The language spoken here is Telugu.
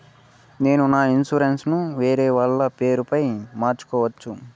నేను నా ఇన్సూరెన్సు ను వేరేవాళ్ల పేరుపై మార్సుకోవచ్చా?